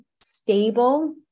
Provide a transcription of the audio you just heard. stable